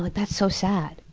like that's so sad.